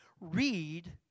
read